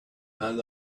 all